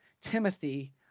Timothy